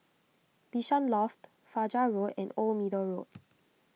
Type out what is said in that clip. Bishan Loft Fajar Road and Old Middle Road